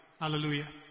hallelujah